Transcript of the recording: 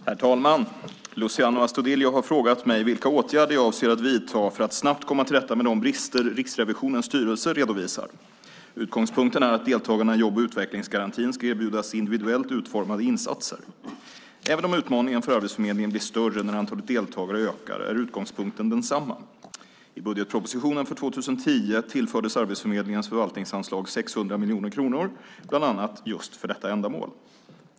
Herr talman! Luciano Astudillo har frågat mig vilka åtgärder jag avser att vidta för att snabbt komma till rätta med de brister i jobb och utvecklingsgarantin som Riksrevisionens styrelse redovisar. Utgångspunkten är att deltagarna i jobb och utvecklingsgarantin ska erbjudas individuellt utformade insatser. Även om utmaningen för Arbetsförmedlingen blir större när antalet deltagare ökar är utgångspunkten den samma. I budgetpropositionen för 2010 tillfördes Arbetsförmedlingens förvaltningsanslag 600 miljoner kronor, bland annat just för detta ändamål.